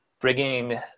bringing